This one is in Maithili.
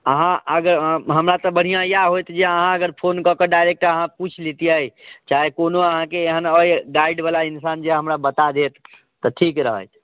अहाँ अगर हमरा तऽ बढ़िआँ इएह होइत जे आहाँ अगर फोन कऽ कऽ डाइरेक्ट अहाँ पुछि लितियै चाहे कोनो अहाँके एहन अइ गाइडबला इन्सान जे हमरा बता देत तऽ ठीक रहैत